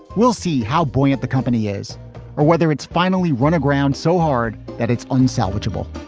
we'll see how buoyant the company is or whether it's finally run aground so hard that it's unsalvageable.